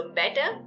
better